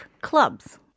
clubs